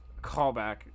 callback